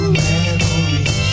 memories